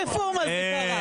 לא נכון, ככה?